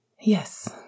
Yes